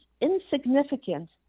insignificant